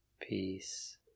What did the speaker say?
peace